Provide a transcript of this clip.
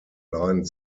line